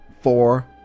four